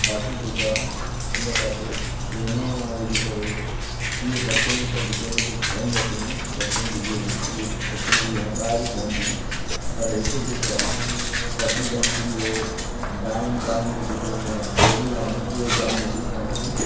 बाक़ी जेको आहे हिन पासे गेहूं अऊं हे जेका आए इए सब शयूं त जेके इन ते ठहन नथियूं दक्षिण दिल्ली में इए दक्षिण दिल्लीअ खां ॿाहिरि ई ठहनि थियूं पर हिते जेको आहे पशु धन थी वियो ॻांहिनि बाइन जो जेके इन डेरियूं आहिनि उहे जामु वधीक आहिनि